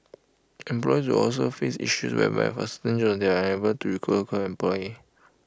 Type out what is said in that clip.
employers will also face the issue whereby for certain jobs they are unable to recruit local employee